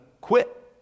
quit